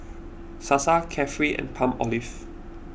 Sasa Carefree and Palmolive